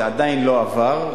זה עדיין לא עבר,